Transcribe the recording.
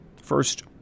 First